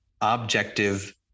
objective